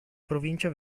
provincia